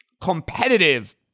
competitive